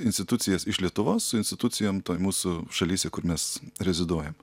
institucijas iš lietuvos su institucijom toj mūsų šalyse kur mes reziduojam